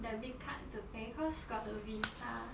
debit card to pay cause got the visa